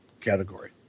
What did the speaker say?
category